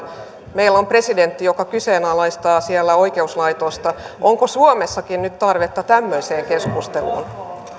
puolella atlanttia meillä on presidentti joka kyseenalaistaa siellä oikeuslaitosta onko suomessakin nyt tarvetta tämmöiseen keskusteluun